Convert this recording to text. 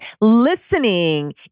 listening